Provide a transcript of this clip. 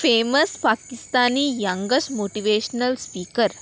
famous Pakistani youngest motivational speaker